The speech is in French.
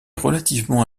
relativement